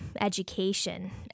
education